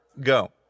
Go